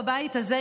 בבית הזה,